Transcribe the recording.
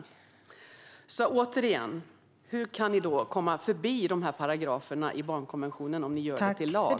Jag frågar återigen: Hur kan ni komma förbi de paragraferna i barnkonventionen om ni gör den till lag?